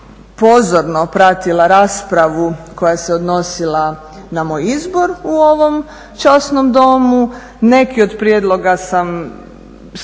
pozorno pratila raspravu koja se odnosila na moj izbor u ovom časnom Domu. Neki od prijedloga se slažem